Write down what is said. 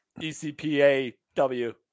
ECPAW